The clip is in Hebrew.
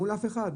מול אף אחד.